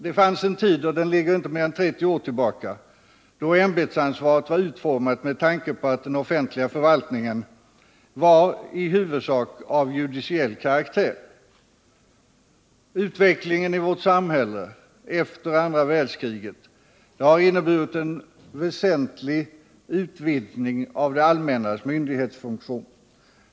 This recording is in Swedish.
Det fanns en tid — och det är inte mer än 30 år sedan — då ämbetsansvaret var utformat med tanke på att den offentliga förvaltningen var i huvudsak av judiciell karaktär. Utvecklingen i vårt samhälle efter andra världskriget har inneburit en väsentlig utvidgning av det allmännas myndighetsfunktion.